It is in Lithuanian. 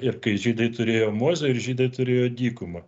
ir kai žydai turėjo mozę ir žydai turėjo dykumą